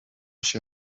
się